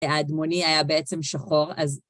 אדמוני היה בעצם שחור, אז...